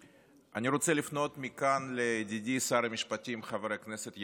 אני רוצה לפנות מכאן לידידי שר המשפטים חבר הכנסת יריב לוין,